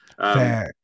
Fair